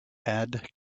add